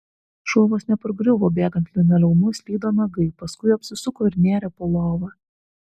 šuo vos nepargriuvo bėgant linoleumu slydo nagai paskui apsisuko ir nėrė po lova